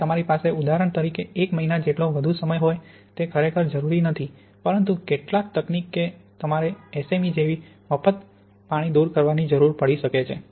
જ્યારે તમારી પાસે ઉદાહરણ તરીકે એક મહિના જેટલો વધુ સમય હોય તે ખરેખર જરૂરી નથી પરંતુ કેટલાક તકનીક કે તમારે એસઇમ જેવી મફત પાણીને દૂર કરવાની જરૂર પડી શકે છે